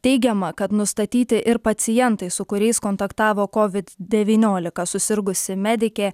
teigiama kad nustatyti ir pacientai su kuriais kontaktavo kovid devyniolika susirgusi medikė